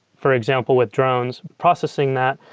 for example, with drones, processing that,